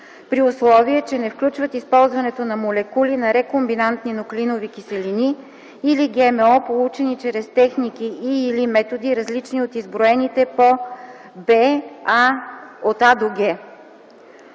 при условие, че не включват използването на молекули на рекомбинантни нуклеинови киселини или ГМО, получени чрез техники и/или методи различни от изброените по б. „а”-„г”. 2.